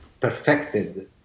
perfected